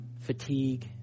fatigue